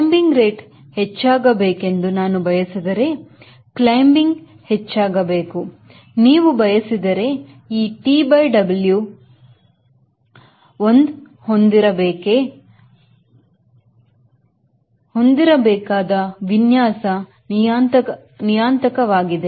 Climbing rate ಹೆಚ್ಚಾಗಬೇಕೆಂದು ನಾನು ಬಯಸಿದರೆ Climbing ಹೆಚ್ಚಾಗಿ ಹೆಚ್ಚಾಗಬೇಕು ನೀವು ಬಯಸಿದರೆ ಈ TW ನೀ ಒಂದ್ ಹೊಂದಿರಬೇ ಹೊಂದಿರಬೇಕಾದ ವಿನ್ಯಾಸ ನಿಯತಾoಕವಾಗಿದೆ